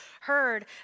heard